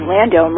Lando